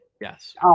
Yes